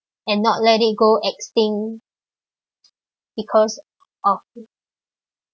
and not let it go extinct because of